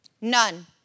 None